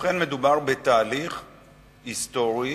ובכן, מדובר בתהליך היסטורי,